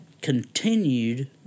continued